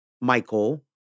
Michael